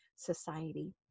society